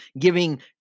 giving